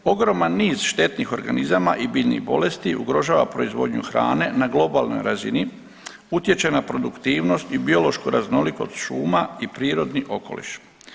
Ogroman niz štetnih organizama i biljnih bolesti ugrožava proizvodnju hrane na globalnoj razini, utječe na produktivnost i biološku raznolikost šuma i prirodni okoliš.